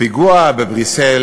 הפיגוע בבריסל